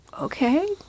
Okay